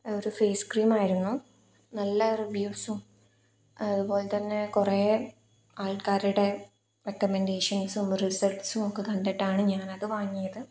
ഒരു ഫേസ് ക്രീമായിരുന്നു നല്ല റിവ്യൂസും അതുപോലെ തന്നെ കുറേയാൾക്കാരുടെ റെക്കമെൻറേഷൻസും റിസൾട്സുമൊക്കെ കണ്ടിട്ടാണ് ഞാനത് വാങ്ങിയത്